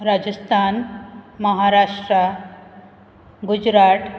Rajasthan Maharashtra Gujarat